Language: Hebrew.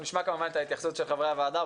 אנחנו נשמע כמובן את ההתייחסות של חברי הוועדה.